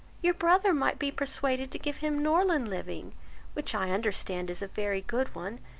your brother might be persuaded to give him norland living which i understand is a very good one,